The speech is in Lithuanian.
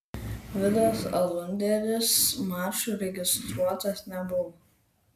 vidas alunderis mačui registruotas nebuvo